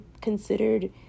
considered